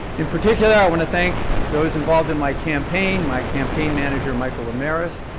in particular, i want to thank those involved in my campaign, my campaign manager michael ramirez,